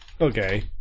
Okay